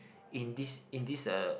in this in this uh